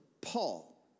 Paul